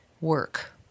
work